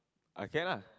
I can ah